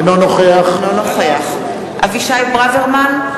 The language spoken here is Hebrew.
אינו נוכח אבישי ברוורמן,